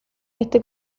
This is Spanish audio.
este